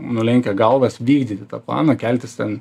nulenkę galvas vykdyti tą planą keltis ten